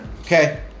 okay